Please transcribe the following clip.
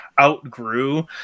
outgrew